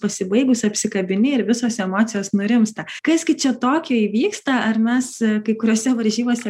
pasibaigus apsikabini ir visos emocijos nurimsta kas gi čia tokio įvyksta ar mes kai kuriose varžybose